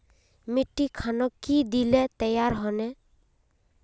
मिट्टी खानोक की दिले तैयार होने?